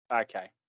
okay